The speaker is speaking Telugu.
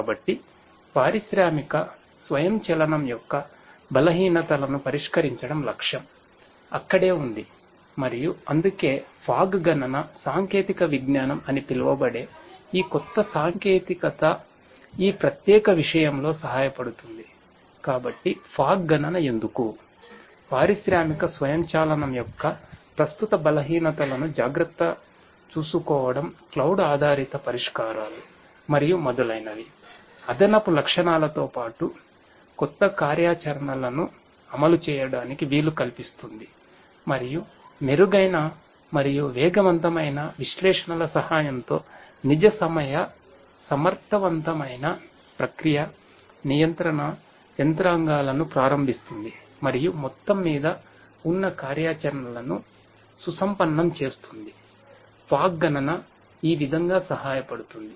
కాబట్టి పారిశ్రామిక స్వయంచలనం యొక్క బలహీనతలను పరిష్కరించడం లక్ష్యం అక్కడే ఉంది మరియు అందుకే ఫాగ్ గణన ఈ విధంగా సహాయపడుతుంది